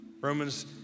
Romans